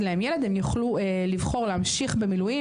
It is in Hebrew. להם ילד הן יוכלו לבחור אם להמשיך במילואים,